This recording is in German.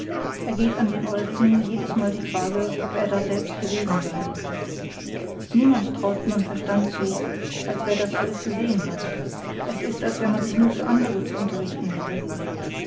wird ergeht an den eurigen jedesmal die frage ob er daselbst gewesen sei niemanden traut man verstand zu als wer das alles gesehen hat es ist als wenn man sich nur für andere zu unterrichten hätte